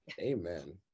Amen